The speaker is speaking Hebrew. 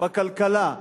בכלכלה,